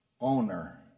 owner